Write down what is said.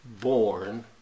born